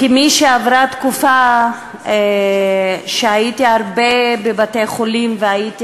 כמי שעברה תקופה שבה הייתי הרבה בבתי-חולים והייתי